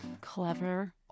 Clever